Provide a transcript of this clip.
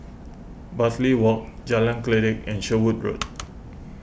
Bartley Walk Jalan Kledek and Sherwood Road